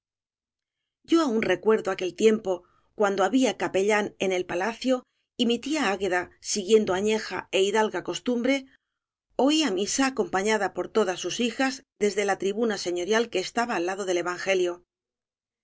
o aun recuerdo aquel tiempo cuando había capellán en el palacio y mi tía ague da siguiendo añeja é hidalga costumbre oía misa acompañada por todas sus hijas desde la tribuna señorial que estaba al lado del evangelio